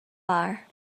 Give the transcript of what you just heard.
bar